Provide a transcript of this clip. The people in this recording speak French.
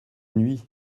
nuit